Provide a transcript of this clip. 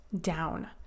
down